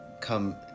come